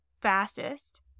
fastest